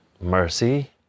mercy